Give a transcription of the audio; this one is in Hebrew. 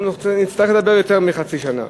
אנחנו נצטרך לדבר יותר מחצי שנה.